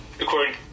according